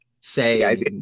Say